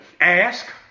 ask